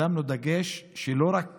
שמנו דגש לא רק